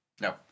No